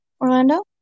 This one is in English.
Orlando